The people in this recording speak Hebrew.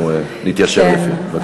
אנחנו נתיישר לפיו.